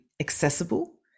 accessible